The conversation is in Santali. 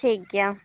ᱴᱷᱤᱠ ᱜᱮᱭᱟ